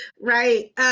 right